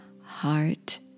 heart